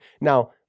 Now